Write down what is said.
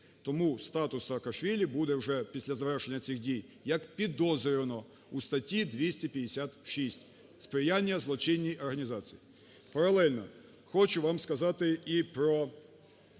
Тому статус Саакашвілі буде вже після завершення цих дій як підозрюваного у статті 256 "Сприяння злочинній організації". Паралельно хочу вам сказати і про